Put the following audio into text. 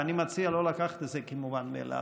אני מציע לא לקחת את זה כמובן מאליו,